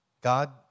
God